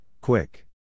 quick